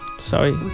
Sorry